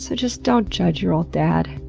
so just don't judge your ol' dad.